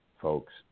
folks